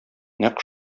нәкъ